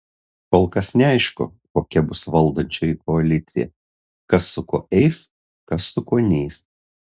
kol kas neaišku kokia bus valdančioji koalicija kas su kuo eis kas su kuo neis